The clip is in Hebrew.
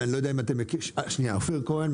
אופיר כהן,